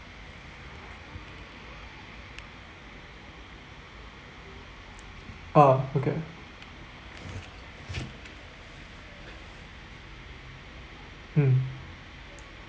ah okay mm